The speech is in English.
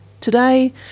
Today